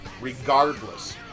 regardless